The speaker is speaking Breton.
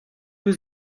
eus